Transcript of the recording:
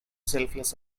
selfless